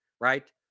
right